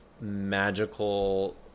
magical